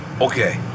okay